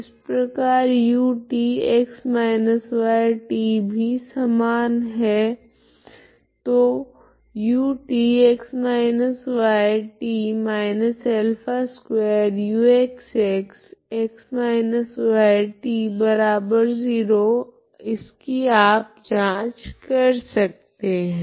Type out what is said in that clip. इसी प्रकार utx yt भी समान है तो ut x−yt−α2uxxx−yt0 इसकी आप जांच कर सकते है